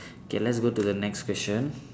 K let's go to the next question